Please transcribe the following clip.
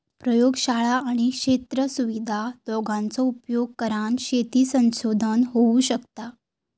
प्रयोगशाळा आणि क्षेत्र सुविधा दोघांचो उपयोग करान शेती संशोधन होऊ शकता